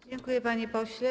Dziękuję, panie pośle.